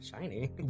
shiny